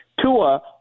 Tua